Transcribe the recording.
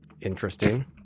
Interesting